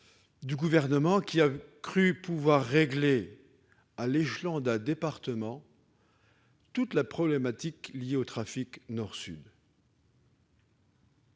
du Gouvernement, qui a cru pouvoir régler à l'échelon d'un département toute la problématique liée au trafic nord-sud.